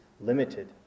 limited